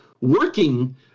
working